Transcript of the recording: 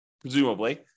presumably